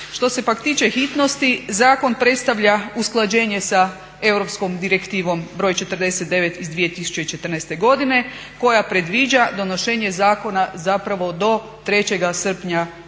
Što s pak tiče hitnosti zakon predstavlja usklađenje sa europskom direktivom broj 49/2014.godine koja predviđa donošenje zakona zapravo do 3.srpnja